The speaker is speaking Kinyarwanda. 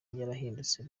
yarahindutse